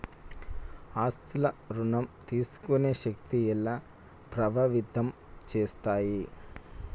ఆస్తుల ఋణం తీసుకునే శక్తి ఎలా ప్రభావితం చేస్తాయి?